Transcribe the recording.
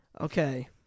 okay